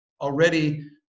Already